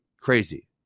crazy